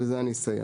זה נושא